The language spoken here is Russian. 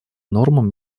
нормам